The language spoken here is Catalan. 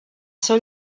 seu